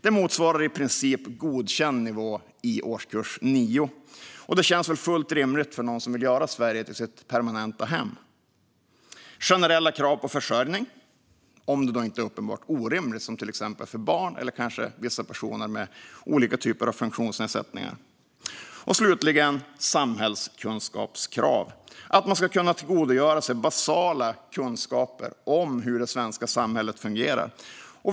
Det motsvarar i princip godkänd nivå i årskurs 9, och det känns väl fullt rimligt för någon som vill göra Sverige till sitt permanenta hem. Det ska ställas generella krav på försörjning, om det inte är uppenbart orimligt som för exempelvis barn eller personer med olika typer av funktionsnedsättningar. Slutligen ska det ställas krav på samhällskunskap. Man ska kunna tillgodogöra sig basala kunskaper om hur det svenska samhället fungerar.